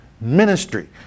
ministry